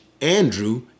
Andrew